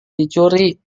dicuri